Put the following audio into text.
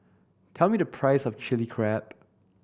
tell me the price of Chili Crab